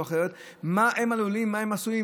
מה הם עלולים לעבור.